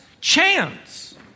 chance